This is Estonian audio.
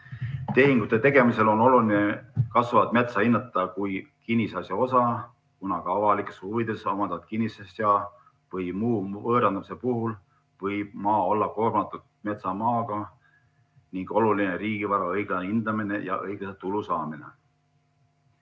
Tehingute tegemisel on oluline kasvavat metsa hinnata kui kinnisasja osa, kuna kas avalikes huvides omandatud kinnisasja või maa võõrandamise puhul võib maa olla koormatud metsamaaga ning siis on oluline riigivara õiglane hindamine ja õiglase tulu saamine.